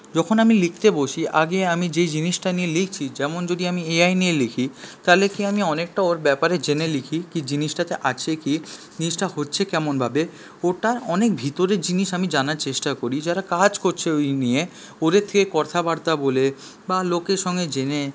যখন আমি লিখতে বসি আগে আমি যেই জিনিসটা নিয়ে লিখছি যেমন যদি আমি এআই নিয়ে লিখি তাহলে কি আমি অনেকটা ওর ব্যাপারে জেনে লিখি কি জিনিসটাতে আছে কি জিনিসটা হচ্ছে কেমনভাবে ওটা অনেক ভিতরের জিনিস আমি জানার চেষ্টা করি যারা কাজ করছে ওই নিয়ে ওদের থেকে কথাবার্তা বলে বা লোকের সঙ্গে জেনে